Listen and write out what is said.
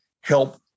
help